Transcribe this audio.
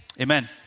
amen